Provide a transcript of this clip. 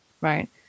right